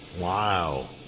Wow